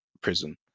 prison